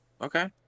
Okay